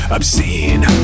Obscene